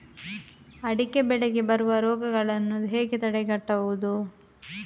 ಅಡಿಕೆ ಬೆಳೆಗೆ ಬರುವ ರೋಗಗಳನ್ನು ಹೇಗೆ ತಡೆಗಟ್ಟಬಹುದು?